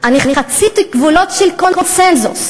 אני חציתי גבולות של קונסנזוס,